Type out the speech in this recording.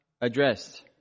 addressed